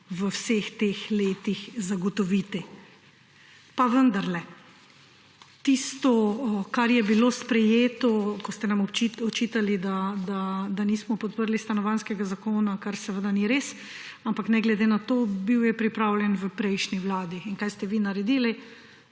v vseh teh letih zagotoviti. Pa vendarle; tisto, kar je bilo sprejeto, ko ste nam očitali, da nismo podprli stanovanjskega zakona, kar seveda ni res, ampak ne glede na to, bil je pripravljen v prejšnji vladi. In kaj ste vi naredili?